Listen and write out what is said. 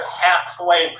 halfway